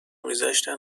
میذاشتن